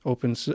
Opens